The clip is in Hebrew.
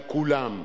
על כולם.